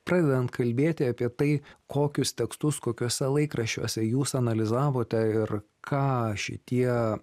pradedant kalbėti apie tai kokius tekstus kokiuose laikraščiuose jūs analizavote ir ką šitie